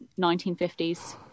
1950s